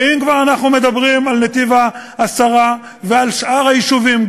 ואם כבר אנחנו מדברים על נתיב-העשרה ועל שאר היישובים,